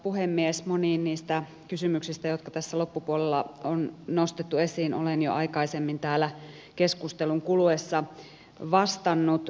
moniin niistä kysymyksistä jotka tässä loppupuolella on nostettu esiin olen jo aikaisemmin täällä keskustelun kuluessa vastannut